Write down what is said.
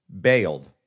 bailed